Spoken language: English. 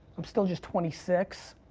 i'm still just twenty six,